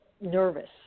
nervous